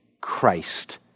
Christ